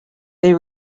they